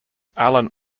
alan